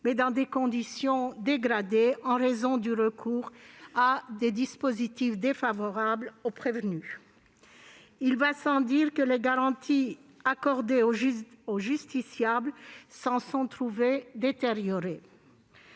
mais dans des conditions dégradées en raison du recours à des dispositifs défavorables aux prévenus. Il va sans dire que les garanties accordées aux justiciables s'en sont trouvées détériorées.